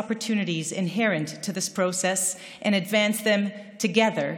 האדירות הטמונות בתהליך זה ונקדם אותן יחד,